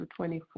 24